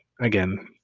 again